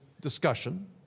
discussion